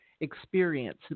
experience